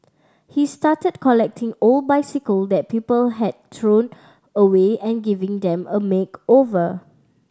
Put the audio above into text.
he started collecting old bicycle that people had thrown away and giving them a makeover